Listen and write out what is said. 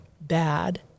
bad